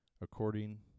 according